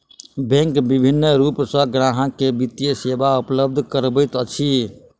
bank विभिन्न रूप सॅ ग्राहक के वित्तीय सेवा उपलब्ध करबैत अछि